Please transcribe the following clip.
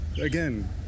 again